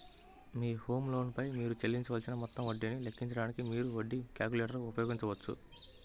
మీ home loan పై మీరు చెల్లించవలసిన మొత్తం వడ్డీని లెక్కించడానికి, మీరు వడ్డీ క్యాలిక్యులేటర్ ఉపయోగించవచ్చు